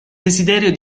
desiderio